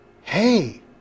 hey